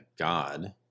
God